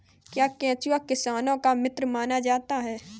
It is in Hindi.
क्या केंचुआ किसानों का मित्र माना जाता है?